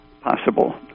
possible